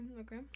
Okay